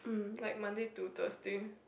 like Monday to Thursday